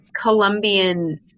Colombian